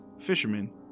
fishermen